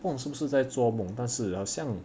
不懂是不是在做梦但是好像